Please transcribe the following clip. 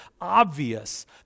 obvious